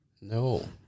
No